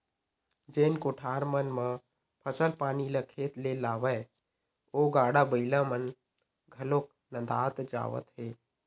जेन कोठार मन म फसल पानी ल खेत ले लावय ओ गाड़ा बइला मन घलोक नंदात जावत हे